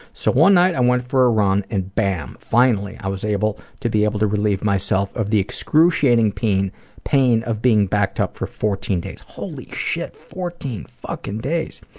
so one night and went for a run and, bam! finally i was able to be able to relieve myself of the excruciating pain pain of being backed up for fourteen days. holy shit, fourteen fucking days!